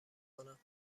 کنم